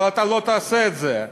אבל אתה לא תעשה את זה,